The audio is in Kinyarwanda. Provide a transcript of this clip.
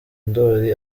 ndoli